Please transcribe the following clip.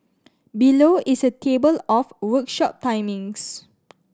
below is a table of workshop timings